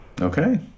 Okay